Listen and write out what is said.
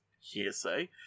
hearsay